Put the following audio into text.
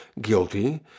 guilty